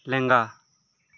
ᱞᱮᱸᱜᱟ